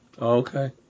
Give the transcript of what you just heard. Okay